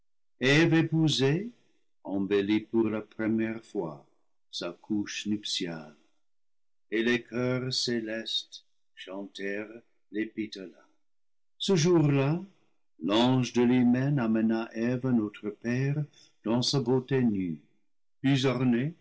embellit pour la première fois sa couche nuptiale et les coeurs célestes chantèrent l'épithalame ce jour-là l'ange de l'hymen amena eve à notre père dans sa beauté nue